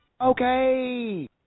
Okay